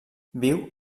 viu